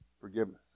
forgiveness